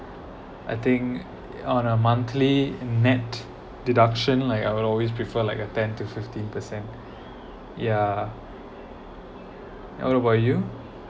I think on a monthly and nett deduction like I would always prefer like a ten to fifty percent yeah how about you